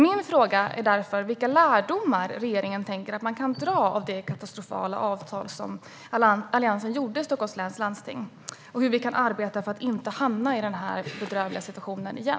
Min fråga är vilka lärdomar regeringen tänker att man kan dra av det katastrofala avtal som Alliansen i Stockholms läns landsting ingick och hur vi kan arbeta för att inte hamna i den här bedrövliga situationen igen.